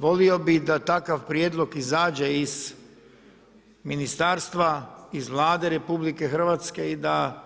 Volio bi da takav prijedlog izađe iz ministarstva, iz Vlade RH i da